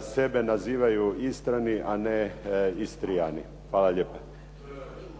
sebe nazivaju Istrani, a ne Istrijani. Hvala lijepa.